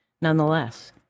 nonetheless